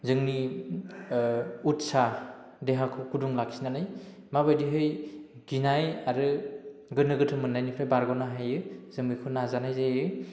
जोंनि उत्साह देहाखौ गुदुं लाखिनानै माबायदिहै गिनाय आरो गोनो गोथो मोननायनिफ्राय बारग'नो हायो जों बेखौ नाजानाय जायो